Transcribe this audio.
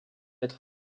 être